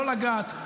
לא לגעת.